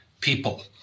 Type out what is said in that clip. people